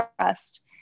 trust